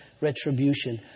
retribution